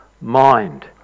mind